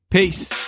Peace